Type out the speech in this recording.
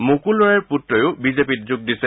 মুকুল ৰয়ৰ পূত্ৰইও বিজেপিত যোগ দিছে